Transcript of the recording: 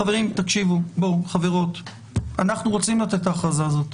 חברים, תקשיבו, אנחנו רוצים לתת את ההכרזה הזאת,